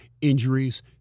injuries